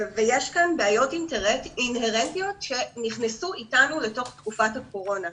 ויש כאן בעיות אינהרנטיות שנכנסו אתנו לתוך תקופת הקורונה.